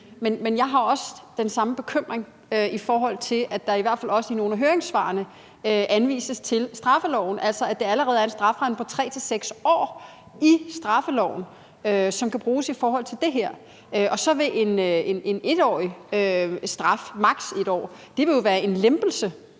Men jeg har også den samme bekymring, i forhold til at der i nogle af høringssvarene henvises til straffeloven, altså til, at der allerede er en strafferamme på 3-6 år i straffeloven, som kan bruges i forhold til det her, og så vil en straf på maks. 1 år jo være en lempelse.